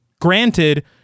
Granted